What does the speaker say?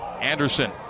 Anderson